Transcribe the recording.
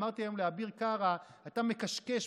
אמרתי היום לאביר קארה: אתם מקשקש,